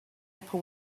upper